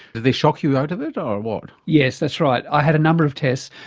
they shock you out of it or what yes, that's right. i had a number of tests.